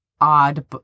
odd